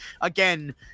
Again